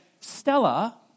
Stella